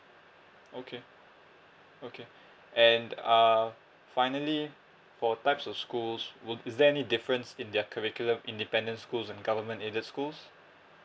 okay okay and uh finally for types of schools would is there any difference in their curriculum independent schools and government aided schools